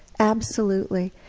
absolutely.